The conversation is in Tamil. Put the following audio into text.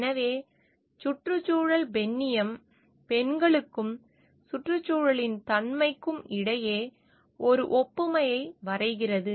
எனவே சுற்றுச்சூழல் பெண்ணியம் பெண்களுக்கும் சுற்றுச்சூழலின் தன்மைக்கும் இடையே ஒரு ஒப்புமையை வரைகிறது